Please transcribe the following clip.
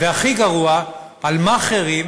והכי גרוע, על מאכערים